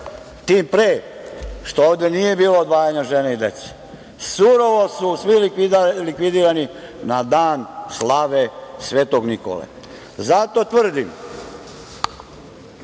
tim pre što ovde nije bilo odvajanja žena i dece? Surovo su svi likvidirani na dan slave Svetog Nikole. Zato tvrdim